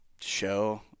show